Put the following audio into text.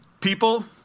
people